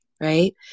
right